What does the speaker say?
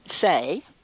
say